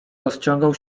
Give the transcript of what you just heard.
rozciągał